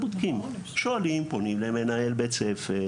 שואלים, פונים למנהל בית ספר.